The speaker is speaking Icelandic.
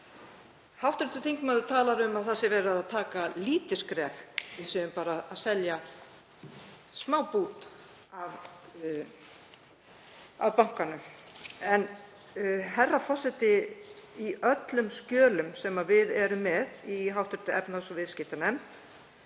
Hv. þingmaður talar um að það sé verið að taka lítið skref, við séum bara að selja smábút af bankanum. En, herra forseti, í öllum skjölum sem við erum með í hv. efnahags- og viðskiptanefnd